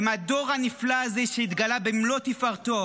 הם הדור הנפלא הזה שהתגלה במלוא תפארתו,